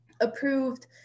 approved